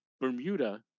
Bermuda